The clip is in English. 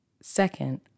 Second